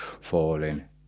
falling